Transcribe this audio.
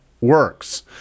works